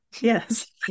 Yes